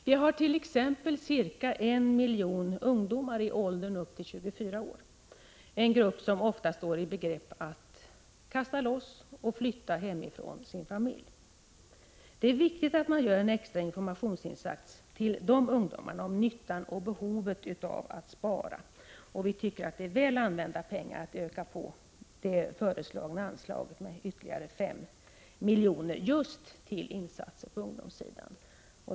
Vi har t.ex. ca en miljon ungdomar i åldern upp till 24 års ålder, en grupp som ofta står i begrepp att kasta loss och flytta hemifrån sin familj. Det är viktigt att göra en extra informationsinsats till de ungdomarna om nyttan och behovet av att spara. Vi tycker att det är väl använda pengar att öka på det föreslagna anslaget med ytterligare 5 milj.kr. just till insatser på ungdomssidan.